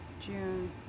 June